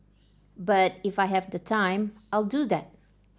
but if I have the time I'll do that